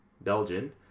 Belgian